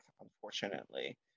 unfortunately